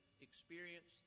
experienced